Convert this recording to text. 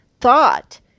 thought